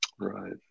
Right